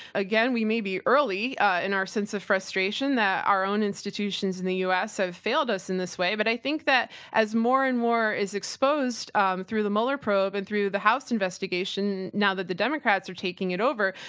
again, we may be early ah in our sense of frustration that our own institutions in the u. s. have failed us in this way, but i think that as more and more is exposed um through the mueller probe and through the house investigation now that the democrats are taking it over,